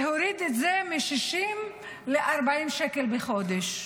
להוריד את זה מ-60 ל-40 שקל בחודש.